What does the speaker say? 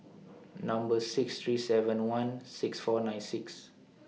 Number six three seven one six four nine six